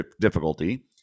difficulty